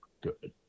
good